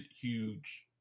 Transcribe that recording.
huge